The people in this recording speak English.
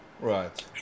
Right